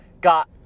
got